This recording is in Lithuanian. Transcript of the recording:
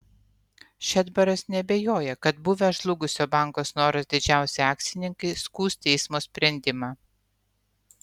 šedbaras neabejoja kad buvę žlugusio banko snoras didžiausi akcininkai skųs teismo sprendimą